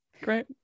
Great